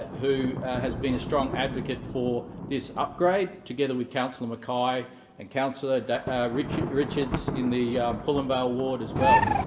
who has been a strong advocate for this upgrade, together with councillor mackay and councillor richards richards in the pullenvale ward as well.